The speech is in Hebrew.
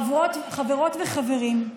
חברות וחברים,